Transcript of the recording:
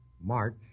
March